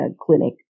clinic